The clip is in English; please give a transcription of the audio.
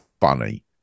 funny